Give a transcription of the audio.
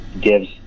gives